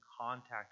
contact